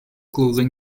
closing